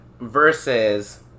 versus